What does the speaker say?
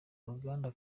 uruganda